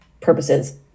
purposes